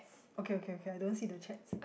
okay okay okay I don't see the chats